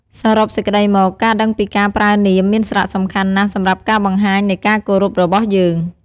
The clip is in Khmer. សរុបសេក្តីមក ការដឹងពីការប្រើនាមមានសារៈសំខាន់ណាស់សម្រាប់ការបង្ហាញនៃការគោរពរបស់យើង។